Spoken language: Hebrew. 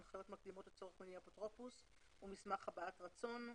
הנחיות מקדימות לצורך מינוי אפוטרופוס ומסמך הבעת רצון.